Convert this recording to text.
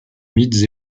mythes